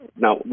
Now